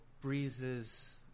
breezes